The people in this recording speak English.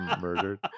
murdered